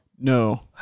No